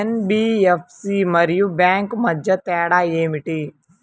NBFC మరియు bank మధ్య తేడా ఏమిటీ?